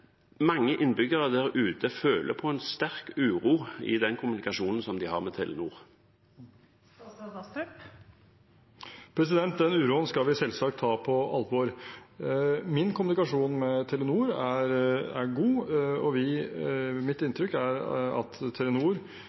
mange innbyggere der ute føler på en sterk uro i kommunikasjonen de har med Telenor. Den uroen skal vi selvsagt ta på alvor. Min kommunikasjon med Telenor er god, og mitt inntrykk er at